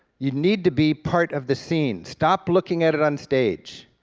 you need to be part of the scene. stop looking at it on stage,